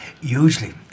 Usually